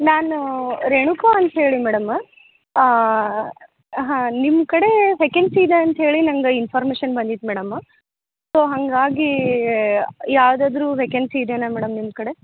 ನಾನು ರೇಣುಕಾ ಅವರು ಅಂತ ಹೇಳಿ ಮೇಡಮ್ಮು ಹಾಂ ನಿಮ್ಮ ಕಡೆ ವೆಕೆನ್ಸಿ ಇದೆ ಅಂತ ಹೇಳಿ ನಂಗೆ ಇನ್ಫರ್ಮೇಷನ್ ಬಂದಿತ್ತು ಮೇಡಮ್ ಸೊ ಹಾಗಾಗಿ ಯಾವುದಾದ್ರೂ ವೇಕೆನ್ಸಿ ಇದೆಯಾ ಮೇಡಮ್ ನಿಮ್ಮ ಕಡೆ